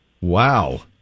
Wow